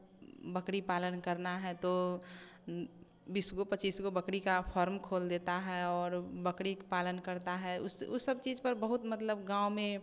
बकरी पालन करना है तो बीस गो पच्चीस गो बकरी का फॉर्म खोल देता है और बकरी पालन करता है उस वह सब चीज़ पर बहुत मतलब गाँव में